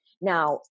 Now